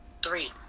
Three